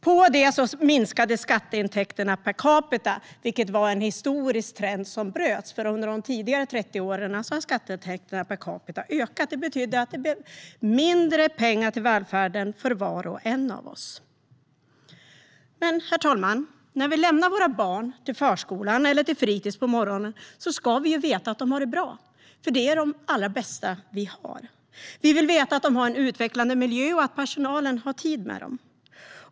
Dessutom minskade skatteintäkterna per capita, vilket innebar att en historisk trend bröts. Under de tidigare 30 åren hade skatteintäkterna per capita ökat. Denna minskning betyder att det blivit mindre pengar till välfärden för var och en av oss. Herr talman! När vi lämnar våra barn till förskolan eller fritis på morgonen ska vi veta att de har det bra, för de är det allra bästa vi har. Vi vill veta att de har en utvecklande miljö och att personalen har tid med dem.